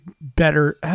better